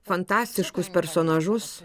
fantastiškus personažus